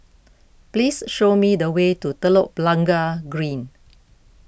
please show me the way to Telok Blangah Green